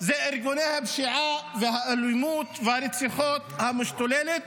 הם ארגוני הפשיעה והאלימות והרציחות המשתוללות.